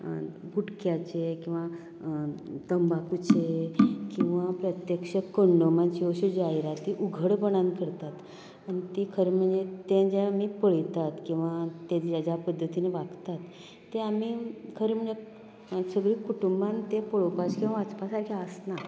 गुटख्याचे किंवां तंबाखूचें किंवां प्रत्यक्ष कोंण्डोमाचें अश्यो जायराती उघडपणान करतात आनी ती खरें म्हणजें तें जें आमी पळयतात किंवां तें ज्या ज्या पद्दतीन वागतात तें आमी खरें म्हळ्यार सगलीं कुटूंबान तें पळोवपाचें वाचपा सारकें आसना